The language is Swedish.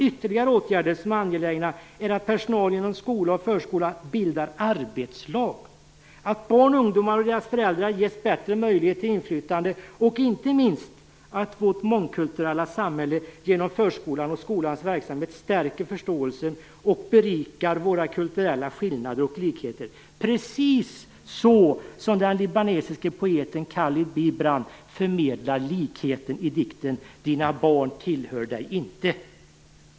Ytterligare åtgärder som är angelägna är att personalen inom skolan och förskolan bildar arbetslag, att barn, ungdomar och deras föräldrar ges bättre möjligheter till inflytande och inte minst att förskolans och skolans verksamhet stärker förståelsen för att vårt mångkulturella samhälle, våra kulturella skillnader och likheter kan vara berikande. Den libanesiske poeten Khalil Bibran förmedlar den likheten i dikten Dina barn tillhör dig inte.